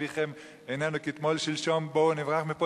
איזה סיכוי יהיה להם?